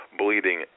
bleeding